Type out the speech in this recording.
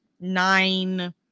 nine